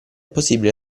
possibile